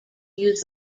use